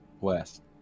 West